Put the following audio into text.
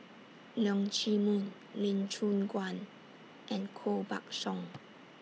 Leong Chee Mun Lee Choon Guan and Koh Buck Song